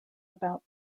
about